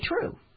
true